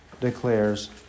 declares